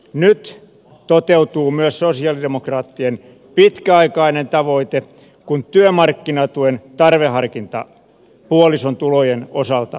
nyt toteutuu myös sosialidemokraattien pitkäaikainen tavoite kun työmarkkinatuen tarveharkinta puolison tulojen osalta poistetaan